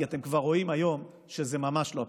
כי אתם רואים כבר היום שזה ממש לא הפתרון.